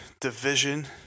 division